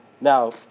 Now